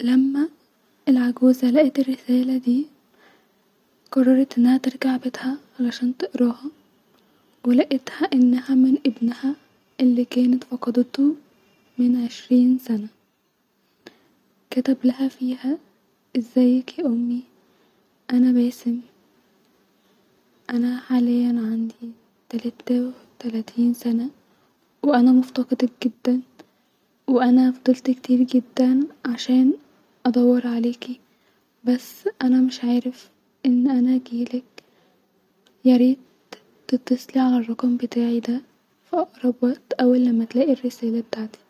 لما العجوزه-لقيت الرساله دي-ققرت انها ترجع بيتها عشان تقرأها-ولقيتها امها كانت من ابنها الي كانت فقدتو-من عشرين سنه-كتبلها فيها ازيك يا امي انا باسم-انا-حاليا-عندي تلات-ته وتلاتين سنه-وانا مفتقدك جدا وانا فضلت كتير-عشان ادور عليكي - بس انا مش عارف ان-انا اجيلك ياريت تتصلي علي الرقم بتاعي دا-في اقرب وقت اول لما تلاقي الرساله بتاعتي